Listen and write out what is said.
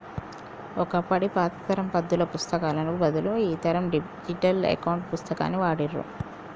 ఒకప్పటి పాత తరం పద్దుల పుస్తకాలకు బదులు ఈ తరం డిజిటల్ అకౌంట్ పుస్తకాన్ని వాడుర్రి